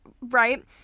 Right